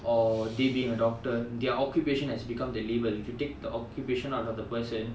or they being a doctor their occupation has become the label if you take the occupation of the person